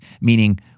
meaning